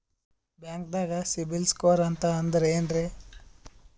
ಬ್ಯಾಂಕ್ದಾಗ CIBIL score ಅಂತ ಅಂದ್ರೆ ಏನ್ರೀ?